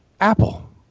Apple